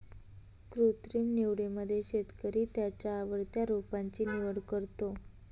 कृत्रिम निवडीमध्ये शेतकरी त्याच्या आवडत्या रोपांची निवड करतो